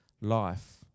life